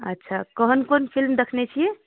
अच्छा कोन कोन फिलिम देखने छिए